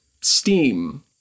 steam